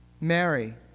Mary